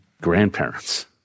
grandparents